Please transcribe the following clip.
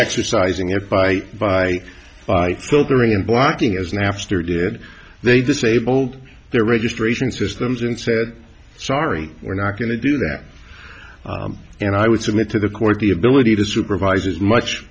exercising it by by filtering and blocking as napster did they disabled their registration systems and said sorry we're not going to do that and i would submit to the court the ability to supervise is much